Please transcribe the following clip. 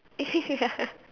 ya